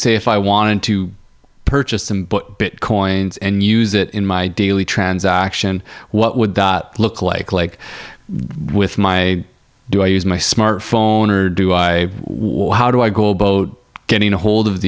so if i wanted to purchase some but bitcoins and use it in my daily transaction what would that look like like with my do i use my smartphone or do i war how do i go both getting a hold of